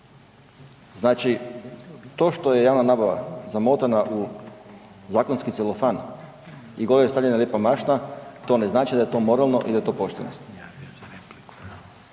znači to što je jasna nabava zamotana u zakonski celofan i gore stavljena lijepa mašna, to ne znači da je to moralno i da je to pošteno.